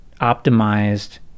optimized